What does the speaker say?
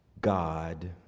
God